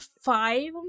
five